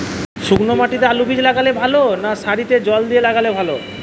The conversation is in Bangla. শুক্নো মাটিতে আলুবীজ লাগালে ভালো না সারিতে জল দিয়ে লাগালে ভালো?